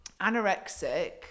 anorexic